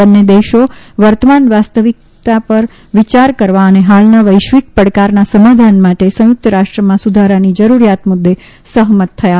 બંને દેશો વર્તમાન વાસ્તવિકતા પર વિયાર કરવા અને હાલના વૈશ્વિક પડકારના સમાધાન માટે સંચુક્ત રાષ્ટ્રમાં સુધારાની જરૂરિયાત મુદ્દે સહમત થયા હતા